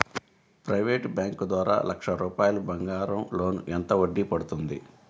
Private bank ద్వారా లక్ష రూపాయలు బంగారం లోన్ ఎంత వడ్డీ పడుతుంది?